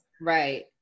Right